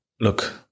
look